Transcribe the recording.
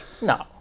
No